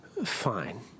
Fine